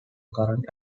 current